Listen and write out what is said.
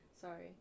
Sorry